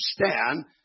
understand